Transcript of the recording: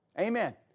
Amen